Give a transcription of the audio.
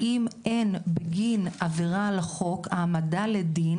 האם אין בגין עבירה על החוק, העמדה לדין